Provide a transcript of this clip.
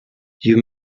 you